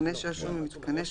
גני שעשועים ומיתקני שעשועים,